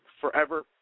forever